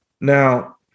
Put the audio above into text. Now